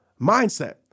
mindset